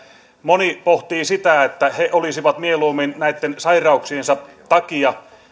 moni pohtii sitä että he olisivat näitten sairauksiensa takia mieluummin